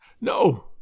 No